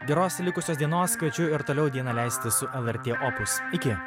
geros likusios dienos kviečiu ir toliau dieną leisti su lrt opus iki